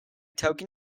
token